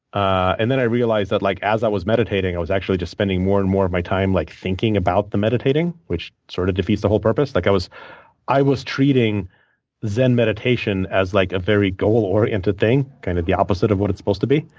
and then, i realized, like as i was meditating, i was actually just spending more and more of my time like thinking about the meditating, which sort of defeats the whole purpose. like i was i was treating zen meditation as like a very goal oriented thing, kind of the opposite of what it's supposed to be.